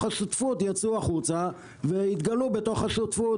השותפות יצאו החוצה והתגלו בתוך השותפות,